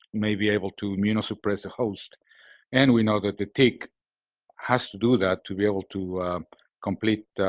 may be able to immunosuppress a host and we know that the tick has to do that to be able to complete